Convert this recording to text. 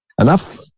enough